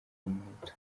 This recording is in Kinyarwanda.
umuhutu